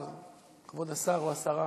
כבוד השר או השרה